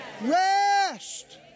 rest